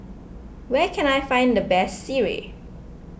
where can I find the best Sireh